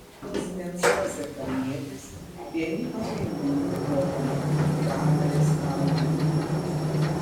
kuzminskas ir kalnietis vieni pagrindinių lokomotiv pergalės kalvių